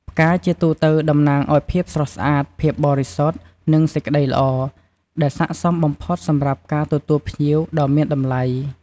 ផ្កាជាទូទៅតំណាងឱ្យភាពស្រស់ស្អាត ភាពបរិសុទ្ធ និងសេចក្ដីល្អ ដែលស័ក្តិសមបំផុតសម្រាប់ការទទួលភ្ញៀវដ៏មានតម្លៃ។